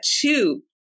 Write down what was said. two